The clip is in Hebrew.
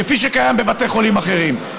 כפי שקיים בבתי חולים אחרים.